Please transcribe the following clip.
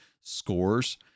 scores